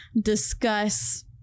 discuss